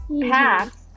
paths